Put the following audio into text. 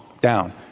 Down